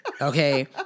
Okay